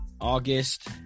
August